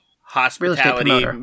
hospitality